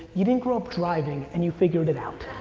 you didn't grow up driving and you figured it out.